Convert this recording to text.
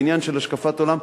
לעניין של השקפת עולם.